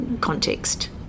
context